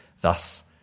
thus